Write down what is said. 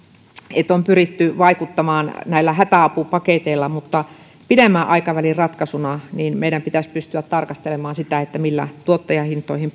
että on pyritty vaikuttamaan näillä hätäapupaketeilla mutta pidemmän aikavälin ratkaisuna meidän pitäisi pystyä tarkastelemaan sitä millä tuottajahintoihin